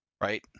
right